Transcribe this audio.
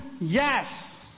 Yes